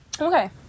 Okay